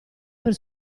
per